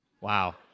Wow